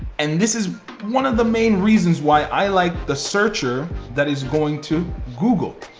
and this is one of the main reasons why i like the searcher that is going to google,